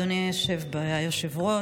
אדוני היושב-ראש,